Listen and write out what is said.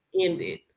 ended